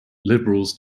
liberals